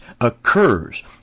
occurs